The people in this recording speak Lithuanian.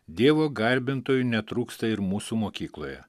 dievo garbintojų netrūksta ir mūsų mokykloje